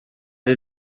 did